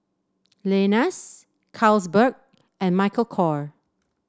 Lenas Carlsberg and Michael Kor